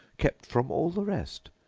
kept from all the rest,